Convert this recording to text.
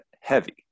heavy